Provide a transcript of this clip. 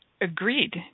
agreed